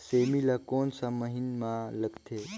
सेमी ला कोन सा महीन मां लगथे?